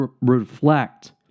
reflect